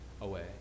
away